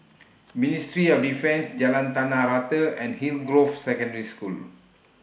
Ministry of Defence Jalan Tanah Rata and Hillgrove Secondary School